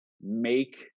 make